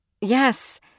Yes